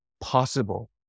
possible